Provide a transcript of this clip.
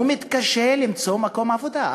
הוא מתקשה למצוא מקום עבודה.